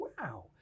wow